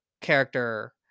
character